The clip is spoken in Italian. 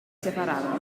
separarono